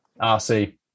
RC